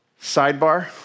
sidebar